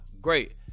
Great